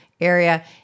area